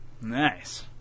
Nice